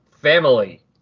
family